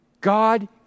God